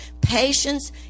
Patience